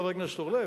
חבר הכנסת אורלב,